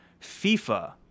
FIFA